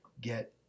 get